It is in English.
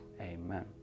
amen